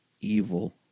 evil